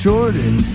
Jordan